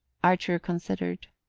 archer considered.